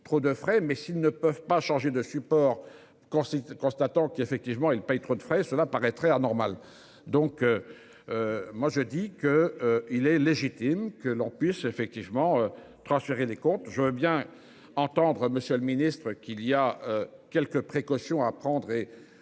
trop de frais, mais s'ils ne peuvent pas changer de support. Constatant qu'effectivement, il paye trop de frais, cela paraîtrait anormal donc. Moi je dis que il est légitime que l'on puisse effectivement transférés des comptes je veux bien entendre Monsieur le Ministre qu'il y a quelques précautions à prendre